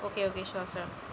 okay okay sure sir